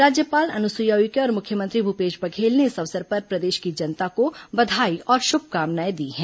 राज्यपाल अनुसुईया उइके और मुख्यमंत्री भूपेश बघेल ने इस अवसर पर प्रदेश की जनता को बधाई और शुभकामनाएं दी हैं